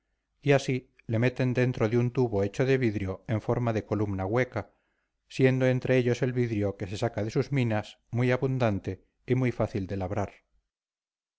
y así le meten dentro de un tubo hecho de vidrio en forma de columna hueca siendo entre ellos el vidrio que se saca de sus minas muy abundante y muy fácil de labrar